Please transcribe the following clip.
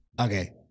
okay